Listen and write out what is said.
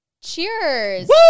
Cheers